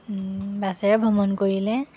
বাছেৰে ভ্ৰমণ কৰিলে